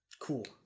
Cool